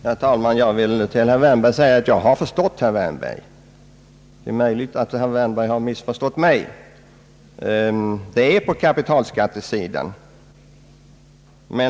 Herr talman! Jag vill till herr Wärnberg säga att jag har förstått herr Wärnberg. Men det är möjligt att han har missförstått mig. Det är här fråga om kapitalskatten.